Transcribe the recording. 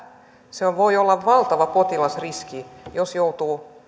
se voi olla valtava potilasriski jos joutuu